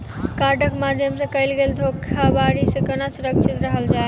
कार्डक माध्यम सँ कैल गेल धोखाधड़ी सँ केना सुरक्षित रहल जाए?